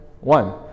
one